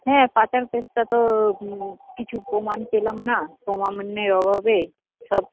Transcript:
হ্যাঁ পাচার কেসটা তো কিছু প্রমাণ পেলাম না প্রমাণের অভাবে সব